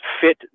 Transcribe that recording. fit